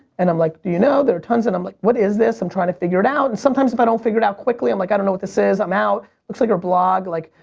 and i'm like do you know, there are tons, and i'm like what is this? i'm trying to figure it out and sometimes if i don't figure it out quickly, and i'm like i don't know what this is, i'm out. looks like her blog like,